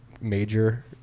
major